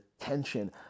tension